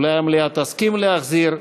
אולי המליאה תסכים להחזיר.